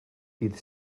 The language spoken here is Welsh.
dydd